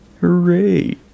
hooray